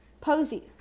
Posey